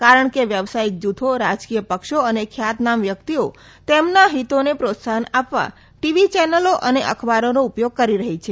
કારણ કે વ્યવસાયિક જુથો રાજકીય પક્ષો અને ખ્યાતનામ વ્યક્તિઓ તેમના હિતોને પ્રોત્સાહન આપવા ટીવી ચેનલો અને અખબારોનો ઉપયોગ કરી રહી છે